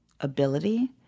ability